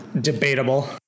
Debatable